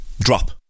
drop